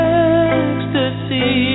ecstasy